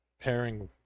pairing